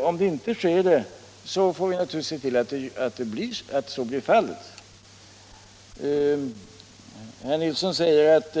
Om man inte gör det, får vi naturligtvis se till att så blir fallet. Herr Nilsson i Tvärålund säger att